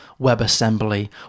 WebAssembly